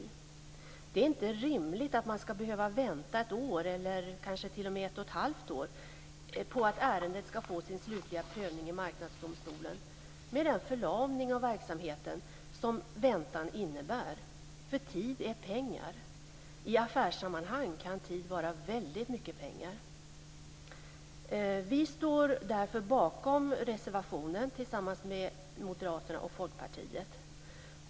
Det är inte rimligt att man ska behöva vänta ett år, eller kanske t.o.m. 1 1⁄2 år, på att ärendet ska få sin slutliga prövning i Marknadsdomstolen, med den förlamning av verksamheten som väntan innebär. Tid är nämligen pengar. I affärssammanhang kan tid vara väldigt mycket pengar.